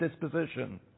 disposition